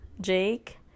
Jake